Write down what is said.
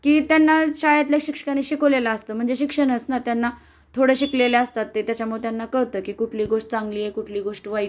की त्यांना शाळेतल्या शिक्षकाने शिकवलेलं असतं म्हणजे शिक्षणच ना त्यांना थोडं शिकलेले असतात ते त्याच्यामुळे त्यांना कळतं की कुठली गोष्ट चांगली आहे कुठली गोष्ट वाईट